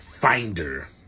finder